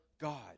God